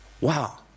Wow